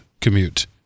commute